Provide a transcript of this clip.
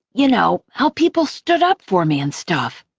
you know, how people stood up for me and stuff?